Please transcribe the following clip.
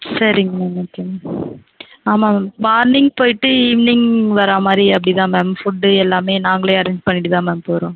சரிங்க ma'am okay ma'am ஆமாம் ma'am morning போய்ட்டு ஈவினிங் வர மாதிரி அப்படிதான் மேம் ஃபுட் எல்லாமே நாங்களே அரேஞ்ச் பண்ணிட்டுதான் மேம் போகிறோம்